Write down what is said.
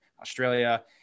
australia